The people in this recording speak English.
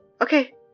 Okay